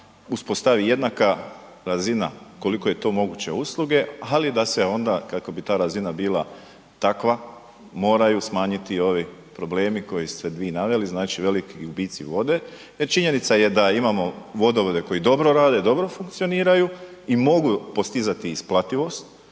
uspostavi jednaka razina koliko je to moguće usluge, ali da se onda kako bi ta razina bila takva moraju smanjiti i ovi problemi koje ste vi naveli, znači veliki gubici vode jer činjenica je da imamo vodovode koji dobro rade, dobro funkcioniraju i mogu postizati isplativost,